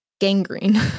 gangrene